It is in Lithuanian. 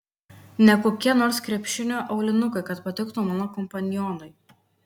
ne kokie nors krepšinio aulinukai kad patiktų mano kompanionui